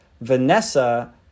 Vanessa